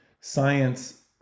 science